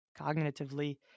cognitively